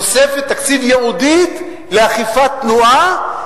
תוספת תקציב ייעודית לאכיפה בתחום התנועה,